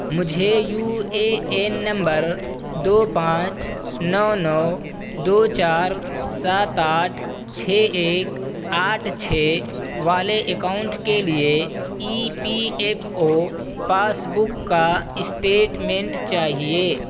مجھے U A N نمبر دو پانچ نو نو دو چار سات آٹھ چھ ایک آٹھ چھ والے اکاؤنٹ کے لیے E P F O passbook کا اسٹیٹمنٹ چاہیے